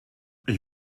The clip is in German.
ich